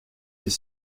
des